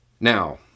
Now